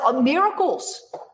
miracles